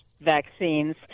vaccines